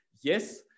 yes